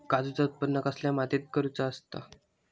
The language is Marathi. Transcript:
काजूचा उत्त्पन कसल्या मातीत करुचा असता?